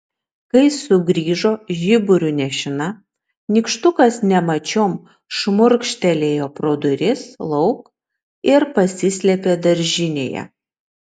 kai sugrįžo žiburiu nešina nykštukas nemačiom šmurkštelėjo pro duris lauk ir pasislėpė daržinėje